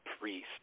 Priest